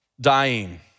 dying